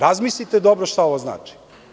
Razmislite dobro šta ovo znači.